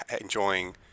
enjoying